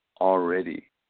already